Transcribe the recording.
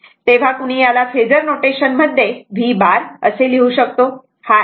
तेव्हा कुणी त्याला फेजर नोटेशन मध्ये v🠂 असे लिहू शकतो